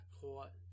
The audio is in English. caught